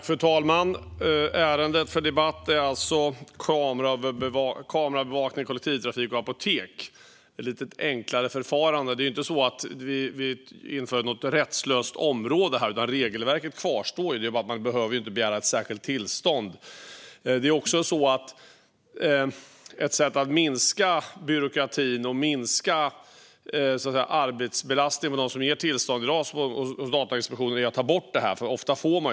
Fru talman! Ärendet för debatt är alltså Kamerabevakning i kollektivtrafik och apotek - ett enklare förfarande . Vi inför alltså inte något rättslöst område här, utan regelverket kvarstår. Det är bara det att man inte behöver begära ett särskilt tillstånd. Det enklare förfarandet innebär också att byråkratin och arbetsbelastningen minskar för dem som i dag ger tillstånd hos Datainspektionen. Ofta får man ju tillstånd.